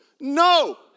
No